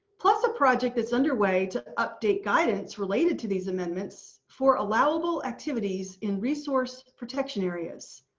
plus a project is underway to update guidance related to these amendments for allowable activities in resource protection areas.